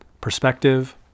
Perspective